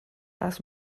las